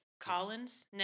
Collins